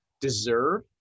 deserve